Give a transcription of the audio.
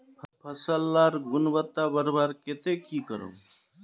फसल लार गुणवत्ता बढ़वार केते की करूम?